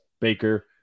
Baker